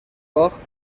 باخت